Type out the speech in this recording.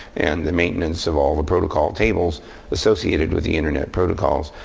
and the maintenance of all the protocol tables associated with the internet protocols.